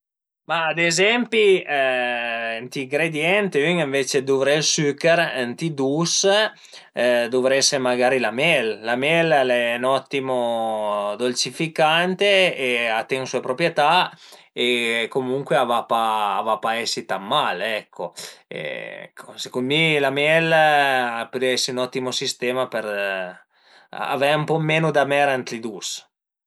Ma ad ezempi ënt i ingredienti ün ënvece dë duvré ël süchèr ënt i dus, duvrese magari la mel, la mel al e ün ottimo dolcificante e a te sue proprietà e comuncue a va pa a va pa esi tan mal ecco, secund mi la mel a pudrìa esi ün ottimo sistema për avei ën po menu d'amer ënt i dus